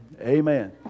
Amen